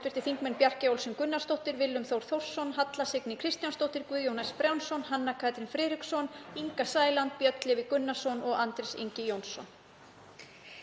hv. þingmenn Bjarkey Olsen Gunnarsdóttir, Willum Þór Þórsson, Halla Signý Kristjánsdóttir, Guðjón S. Brjánsson, Hanna Katrín Friðriksson, Inga Sæland, Björn Leví Gunnarsson og Andrés Ingi Jónsson.